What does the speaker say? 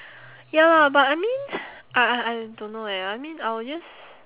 ya lah but I mean I I I don't know eh I mean I will just